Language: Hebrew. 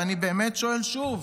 ואני באמת שואל שוב: